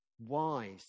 wise